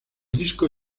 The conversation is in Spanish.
disco